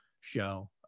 show